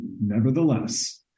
Nevertheless